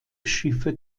schiffe